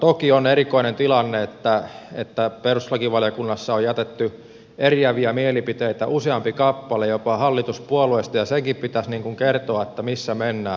toki on erikoinen tilanne että perustuslakivaliokunnassa on jätetty eriäviä mielipiteitä useampi kappale jopa hallituspuolueista ja senkin pitäisi kertoa missä mennään